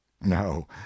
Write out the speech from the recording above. no